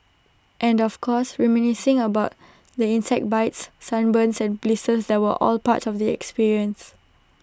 and of course reminiscing about the insect bites sunburn and blisters that were all part of the experience